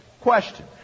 Question